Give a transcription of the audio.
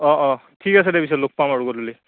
অঁ অঁ ঠিক আছে দে পিছে লগ পাম আৰু গধূলি